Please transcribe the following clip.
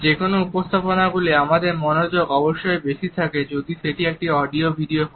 যেকোনো উপস্থাপনাগুলিতে আমাদের মনোযোগ অবশ্যই বেশি থাকে যদি সেটি একটি অডিও ভিডিও হয়